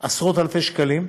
עשרות אלפי שקלים,